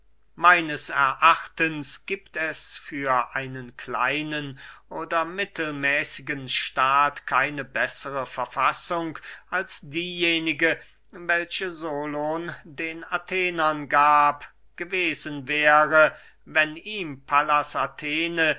meines erachtens giebt es für einen kleinen oder mittelmäßigen staat keine bessere verfassung als diejenige welche solon den athenern gab gewesen wäre wenn ihm pallas athene